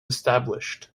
established